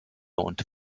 und